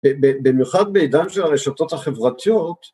במיוחד בעידן של הרשתות החברתיות.